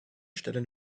stellen